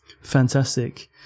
Fantastic